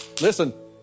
listen